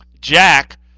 Jack